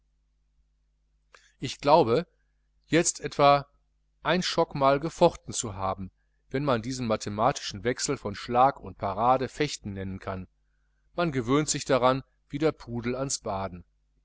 ich glaube jetzt etwa einschockmal gefochten zu haben wenn man diesen mathematischen wechsel von schlag und parade fechten nennen kann man gewöhnt sich daran wie der pudel ans baden